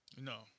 No